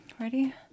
ready